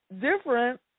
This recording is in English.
different